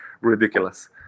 ridiculous